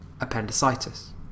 appendicitis